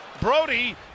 Brody